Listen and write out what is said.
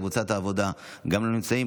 קבוצת העבודה, גם לא נמצאים.